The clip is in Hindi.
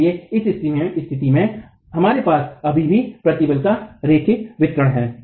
इसलिए इस स्थिति में हमारे पास अभी भी प्रतिबल का रैखिक वितरण है